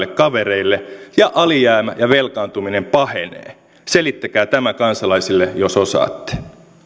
rikkaille kavereille ja alijäämä ja velkaantuminen pahenevat selittäkää tämä kansalaisille jos osaatte